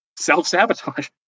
self-sabotage